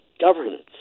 governance